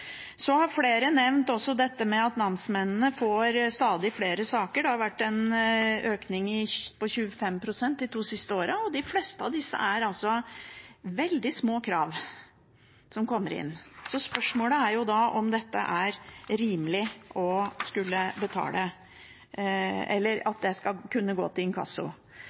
Flere har også nevnt det at namsmennene får stadig flere saker. Det har vært en økning på 25 pst. de to siste årene, og de fleste av de kravene som kommer inn, er altså veldig små. Spørsmålet er da om det er rimelig at dette skal kunne gå til inkasso.